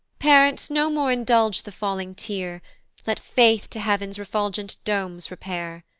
parents, no more indulge the falling tear let faith to heav'n's refulgent domes repair,